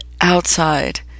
outside